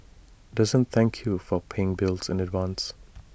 doesn't thank you for paying bills in advance